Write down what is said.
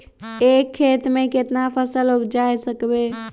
एक खेत मे केतना फसल उगाय सकबै?